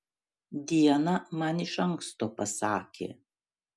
diana man iš anksto pasakė